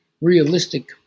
realistic